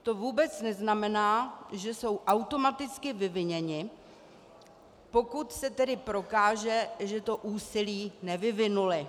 To vůbec neznamená, že jsou automaticky vyviněny, pokud se tedy prokáže, že to úsilí nevyvinuly.